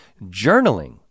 Journaling